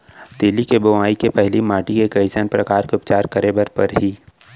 तिलि के बोआई के पहिली माटी के कइसन प्रकार के उपचार करे बर परही?